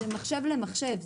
זה מחשב למחשב.